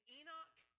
Enoch